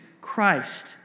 Christ